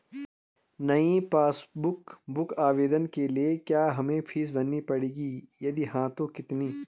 नयी passbook book आवेदन के लिए क्या हमें फीस भरनी पड़ेगी यदि हाँ तो कितनी?